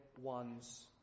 one's